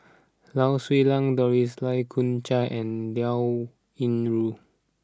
Lau Siew Lang Doris Lai Kew Chai and Liao Yingru